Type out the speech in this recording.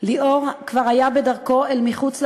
ליאור כבר היה בדרכו מחוץ לזירה.